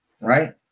right